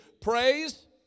Praise